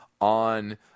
on